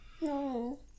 No